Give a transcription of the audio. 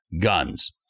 GUNS